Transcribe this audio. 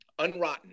unrotten